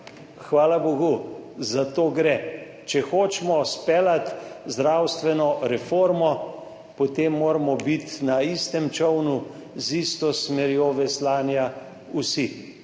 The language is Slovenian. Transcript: hvala bogu, za to gre. Če hočemo izpeljati zdravstveno reformo, potem moramo biti na istem čolnu, z isto smerjo veslanja vsi: